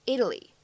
Italy